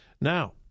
Now